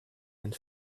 and